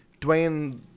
Dwayne